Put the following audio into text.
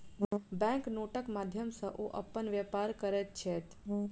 bank नोटक माध्यम सॅ ओ अपन व्यापार करैत छैथ